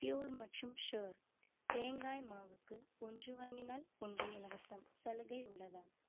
pure மற்றும் sure தேங்காய் மாவுக்கு ஒன்று வாங்கினால் ஒன்று இலவசம் சலுகை உள்ளதா